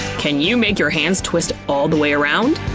can you make your hands twist all the way around?